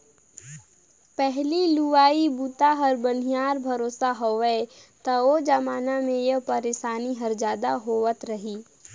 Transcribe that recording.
पहिली लुवई बूता ह बनिहार भरोसा होवय त ओ जमाना मे ए परसानी हर जादा होवत रही